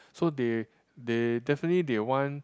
so they they definitely they want